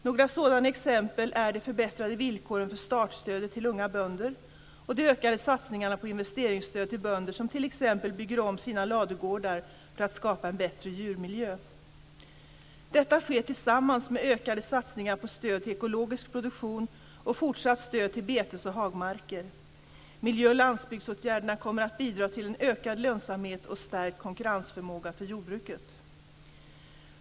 Några sådana exempel är de förbättrade villkoren för startstödet till unga bönder och de ökade satsningarna på investeringsstöd till bönder som t.ex. bygger om sina ladugårdar för att skapa en bättre djurmiljö. Detta sker tillsammans med ökade satsningar på stöd till ekologisk produktion och fortsatt stöd till betes och hagmarker. Miljö och landsbygdsåtgärderna kommer att bidra till en ökad lönsamhet och stärkt konkurrensförmåga för jordbruket.